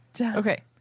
Okay